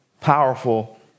powerful